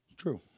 True